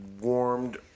warmed